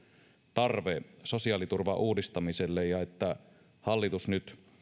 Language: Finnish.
tarve sosiaaliturvan uudistamiselle ja että hallitus nyt